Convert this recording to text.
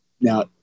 Now